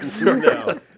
No